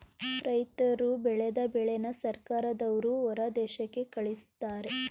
ರೈತರ್ರು ಬೆಳದ ಬೆಳೆನ ಸರ್ಕಾರದವ್ರು ಹೊರದೇಶಕ್ಕೆ ಕಳಿಸ್ತಾರೆ